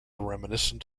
reminiscent